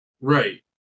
Right